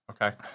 Okay